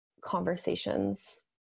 conversations